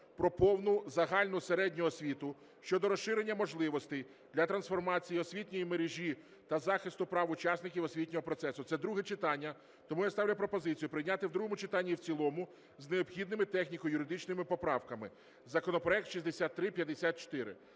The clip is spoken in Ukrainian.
"Про повну загальну середню освіту" щодо розширення можливостей для трансформації освітньої мережі та захисту прав учасників освітнього процесу. Це друге читання, тому я ставлю пропозицію прийняти в другому читанні і в цілому з необхідними техніко-юридичними поправками, законопроект 6354.